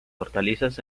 hortalizas